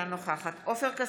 אינה נוכחת עופר כסיף,